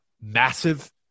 massive